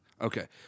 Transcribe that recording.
Okay